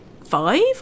five